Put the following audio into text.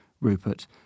Rupert